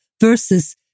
versus